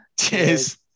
Cheers